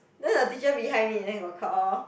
then the teacher behind me then got caught orh